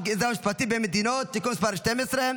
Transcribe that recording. עזרה משפטית בין מדינות (תיקון מס' 12),